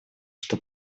что